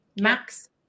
max